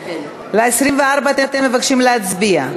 על 24 אתם מבקשים להצביע?